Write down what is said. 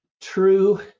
true